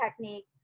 technique